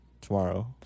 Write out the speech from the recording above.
Tomorrow